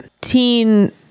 teen